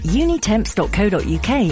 unitemps.co.uk